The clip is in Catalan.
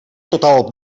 total